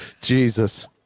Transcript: Jesus